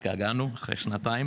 חלפו שנתיים וכבר התגעגענו.